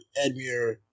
Edmure